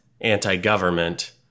anti-government